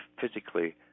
physically